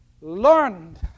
learned